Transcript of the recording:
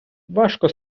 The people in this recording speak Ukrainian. важко